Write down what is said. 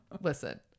Listen